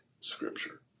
Scripture